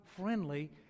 friendly